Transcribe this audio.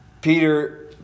Peter